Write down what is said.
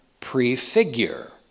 prefigure